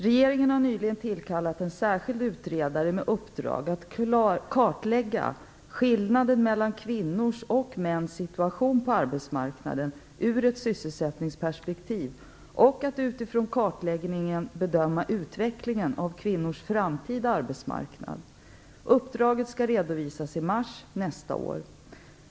Regeringen har nyligen tillkallat en särskild utredare med uppdrag att kartlägga skillnaden mellan kvinnors och mäns situation på arbetsmarknaden ur ett sysselsättningsperspektiv och att utifrån kartläggningen bedöma utvecklingen av kvinnors framtida arbetsmarknad . Uppdraget skall redovisas i mars nästa år.